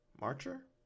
marcher